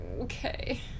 okay